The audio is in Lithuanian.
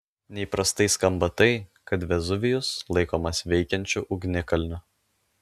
neįprastai skamba tai kad vezuvijus laikomas veikiančiu ugnikalniu